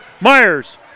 Myers